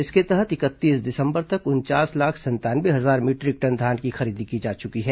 इसके तहत इकतीस दिसंबर तक उनचास लाख संतानवे हजार मीटरिक टन धान की खरीदी की जा चुकी है